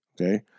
okay